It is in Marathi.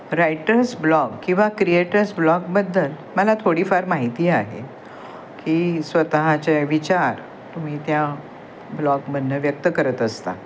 रायटर्स ब्लॉग किंवा क्रिएटर्स ब्लॉगबद्दल मला थोडीफार माहिती आहे की स्वतःचे विचार तुम्ही त्या ब्लॉगमधनं व्यक्त करत असता